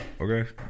okay